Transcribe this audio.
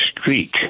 street